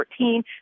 2014